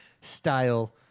style